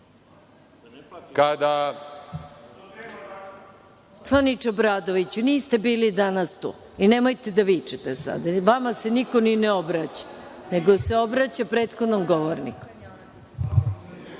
Poslaniče Obradoviću, niste bili danas tu i nemojte da vičete sada, jer vama se niko ni ne obraća, nego se obraća prethodnom govorniku.(Boško